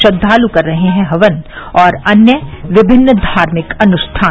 श्रद्वालु कर रहे हैं हवन व अन्य विभिन्न धार्मिक अनुष्ठान